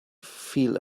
feel